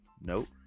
Nope